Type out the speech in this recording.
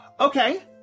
Okay